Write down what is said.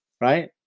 right